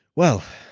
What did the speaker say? well,